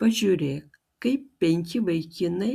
pažiūrėk kaip penki vaikinai